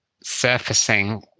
surfacing